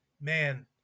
man